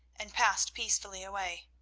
and passed peacefully away.